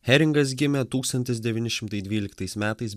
heringas gimė tūkstantis devyni šimtai dvyliktais metais